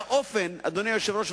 אדוני היושב-ראש,